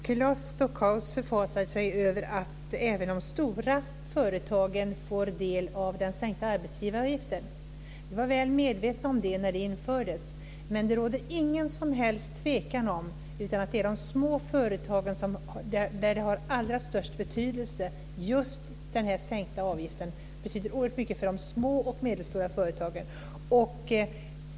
Fru talman! Claes Stockhaus förfasade sig över att även de stora företagen får del av den sänkta arbetsgivaravgiften. Vi var väl medvetna om det när det infördes. Men det råder ingen som helst tvekan om att det är för de små företagen som just den här sänkta avgiften har allra störst betydelse. Det betyder oerhört mycket för de små och medelstora företagen.